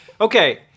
Okay